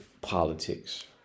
politics